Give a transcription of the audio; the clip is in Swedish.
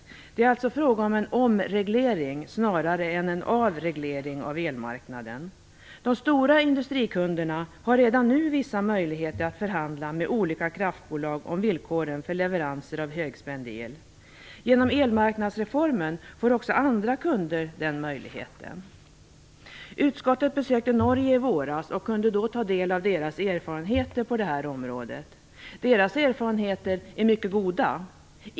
Det är alltså fråga om en omreglering snarare än en avreglering av elmarknaden. De stora industrikunderna har redan nu vissa möjligheter att förhandla med olika kraftbolag om villkoren för leveranser av högspänd el. Genom elmarknadsreformen får också andra kunder den möjligheten. Utskottet besökte Norge i våras och kunde då ta del av deras erfarenheter på det här området. Deras erfarenheter är mycket goda.